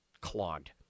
clogged